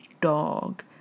dog